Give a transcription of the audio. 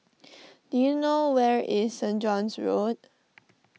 do you know where is Saint John's Road